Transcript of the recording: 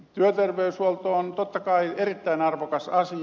työterveyshuolto on totta kai erittäin arvokas asia